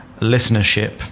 listenership